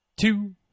two